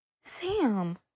Sam